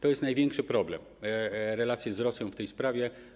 To jest największy problem: relacje z Rosją w tej sprawie.